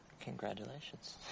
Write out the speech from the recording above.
Congratulations